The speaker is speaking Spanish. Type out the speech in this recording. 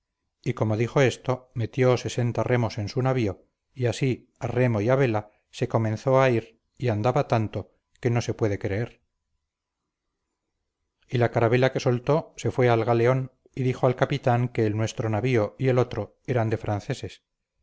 y como dijo esto metió sesenta remos en su navío y así a remo y a vela se comenzó a ir y andaba tanto que no se puede creer y la carabela que soltó se fue al galeón y dijo al capitán que el nuestro navío y el otro eran de franceses